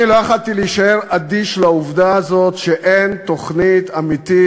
אני לא יכולתי להישאר אדיש לעובדה הזאת שאין תוכנית אמיתית,